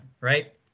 right